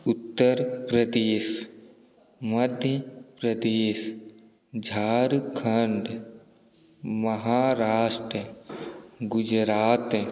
Uttar Pradesh Madhya Pradesh Jharkhand Maharashtra Gujarat